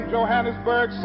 Johannesburg